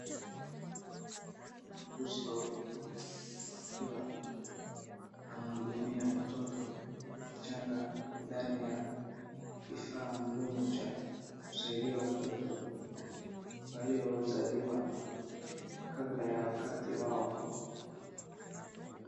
Wauguzi wawili wakiwa wanamhudumia mtoto mchanga ndani ya kifaa maalum cha kusaidia watoto waliozaliwa kabla ya wakati wao.